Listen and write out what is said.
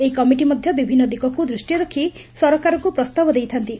ଏହି କମିଟି ମଧ୍ଧ ବିଭିନ୍ ଦିଗକୁ ଦୃଷ୍କିରେ ରଖି ସରକାରଙ୍କୁ ପ୍ରସ୍ତାବ ଦେଇଥାନ୍ତି